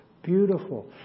Beautiful